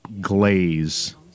glaze